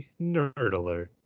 Nerdler